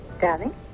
Darling